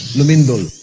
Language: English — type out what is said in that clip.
willing the